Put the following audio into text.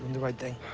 the right thing.